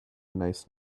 nice